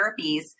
therapies